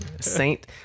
saint